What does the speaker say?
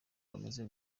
bameze